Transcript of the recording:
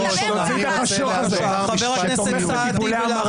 תודה חבר הכנסת סעדי.